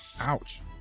Ouch